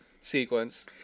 sequence